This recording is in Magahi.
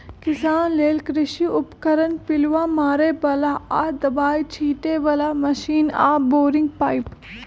किसान लेल कृषि उपकरण पिलुआ मारे बला आऽ दबाइ छिटे बला मशीन आऽ बोरिंग पाइप